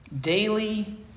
Daily